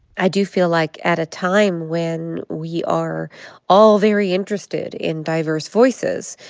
i do feel like at a time when we are all very interested in diverse voices,